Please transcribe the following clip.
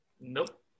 Nope